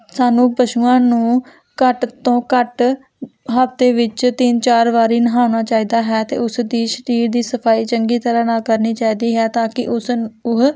ਸਾਨੂੰ ਪਸ਼ੂਆਂ ਨੂੰ ਘੱਟ ਤੋਂ ਘੱਟ ਹਫ਼ਤੇ ਵਿੱਚ ਤਿੰਨ ਚਾਰ ਵਾਰੀ ਨਹਾਉਣਾ ਚਾਹੀਦਾ ਹੈ ਅਤੇ ਉਸ ਦੀ ਸਰੀਰ ਦੀ ਸਫਾਈ ਚੰਗੀ ਤਰ੍ਹਾਂ ਨਾਲ ਕਰਨੀ ਚਾਹੀਦੀ ਹੈ ਤਾਂ ਕਿ ਉਸ ਉਹ